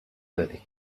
بری